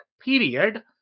period